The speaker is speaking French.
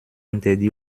interdit